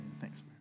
Thanks